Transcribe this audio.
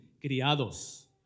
criados